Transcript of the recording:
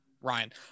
Ryan